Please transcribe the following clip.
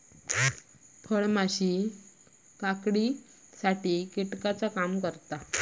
फळमाशी काकडीसाठी कीटकाचा काम करता